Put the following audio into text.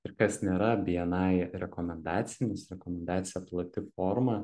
ir kas nėra bni rekomendacija nes rekomendacija plati forma